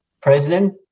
president